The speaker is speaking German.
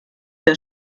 der